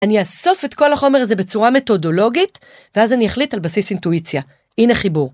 אני יאסוף את כל החומר הזה בצורה מתודולוגית ואז אני אחליט על בסיס אינטואיציה. הנה חיבור.